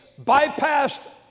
bypassed